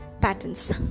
patterns